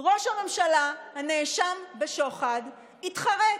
ראש הממשלה, הנאשם בשוחד, התחרט.